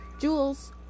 jewels